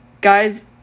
Guys